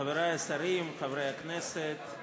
חברי השרים, חברי הכנסת,